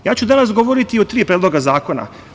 Ja ću danas govoriti o tri predloga zakona.